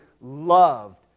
loved